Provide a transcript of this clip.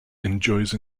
enjoys